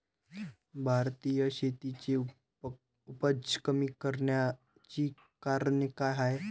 भारतीय शेतीची उपज कमी राहाची कारन का हाय?